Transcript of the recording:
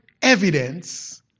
evidence